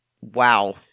Wow